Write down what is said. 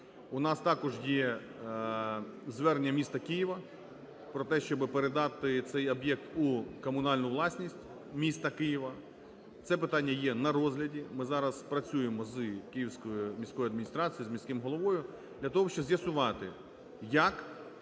У нас також є звернення міста Києва про те, щоби передати цей об'єкт у комунальну власність міста Києва. Це питання є на розгляді, ми зараз працюємо з Київською міською адміністрацією, з міським головою для того, щоб з'ясувати, як